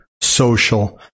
Social